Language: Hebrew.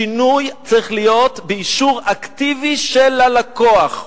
שינוי צריך להיות באישור אקטיבי של הלקוח.